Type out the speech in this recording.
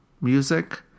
music